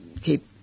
keep